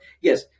yes